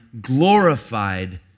glorified